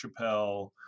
Chappelle